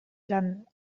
done